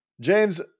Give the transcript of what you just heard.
James